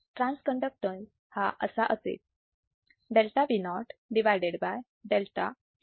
trans resistance हा असा असेल